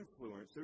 influencers